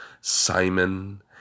Simon